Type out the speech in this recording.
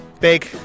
Big